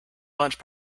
launch